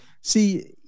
See